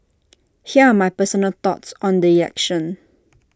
here are my personal thoughts on the elections